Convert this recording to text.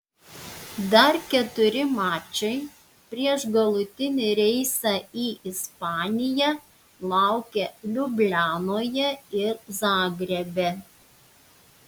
dar keturi mačai prieš galutinį reisą į ispaniją laukia liublianoje ir zagrebe